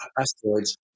asteroids